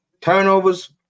Turnovers